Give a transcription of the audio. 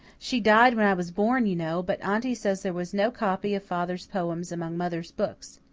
she died when i was born, you know, but aunty says there was no copy of father's poems among mother's books.